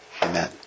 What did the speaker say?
Amen